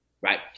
right